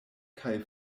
kaj